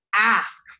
ask